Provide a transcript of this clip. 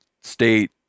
state